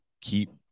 keep